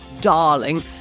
darling